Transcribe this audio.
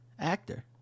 actor